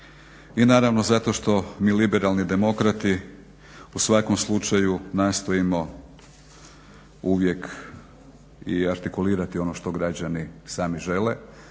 i naravno zato što mi Liberalni demokrati u svakom slučaju nastojimo uvijek i artikulirati ono što građani sami žele